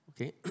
Okay